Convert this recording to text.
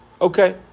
Okay